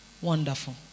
Wonderful